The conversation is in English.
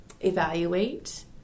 evaluate